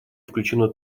включено